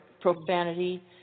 profanity